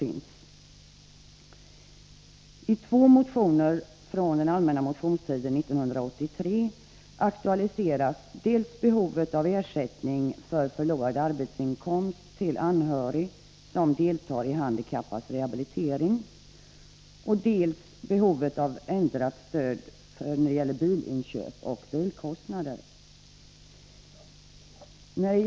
I två motioner från den allmänna motionstiden 1983 aktualiseras dels behovet av ersättning för förlorad arbetsinkomst till anhörig som deltar i en handikappads rehabilitering, dels behovet av ändrat stöd när det gäller bilinköp och bilkostnader.